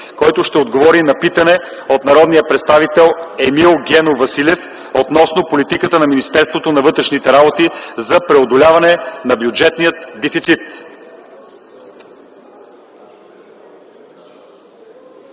който ще отговори на питане от народния представител Емил Генов Василев относно политиката на Министерството на вътрешните работи за преодоляване на бюджетния дефицит.